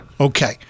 Okay